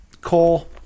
Cole